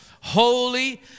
holy